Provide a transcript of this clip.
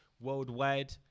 worldwide